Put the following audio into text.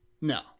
No